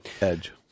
Edge